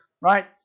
right